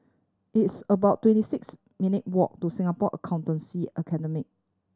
it's about twenty six minute' walk to Singapore Accountancy Academy